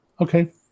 Okay